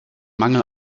mangel